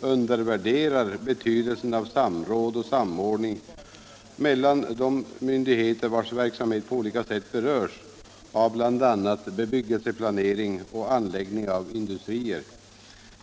undervärderar betydelsen av samråd och samordning mellan de myndigheter vilkas verksamhet på olika sätt berör bl.a. bebyggelseplanering och anläggning av industrier.